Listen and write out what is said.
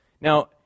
now